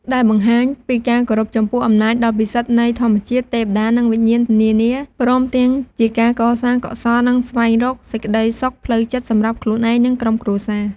ដែលបង្ហាញពីការគោរពចំពោះអំណាចដ៏ពិសិដ្ឋនៃធម្មជាតិ ទេវតា និងវិញ្ញាណនានា ព្រមទាំងជាការសាងកុសល និងស្វែងរកសេចក្តីសុខផ្លូវចិត្តសម្រាប់ខ្លួនឯង និងក្រុមគ្រួសារ។